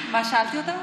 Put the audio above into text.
מה שאלתי אותה?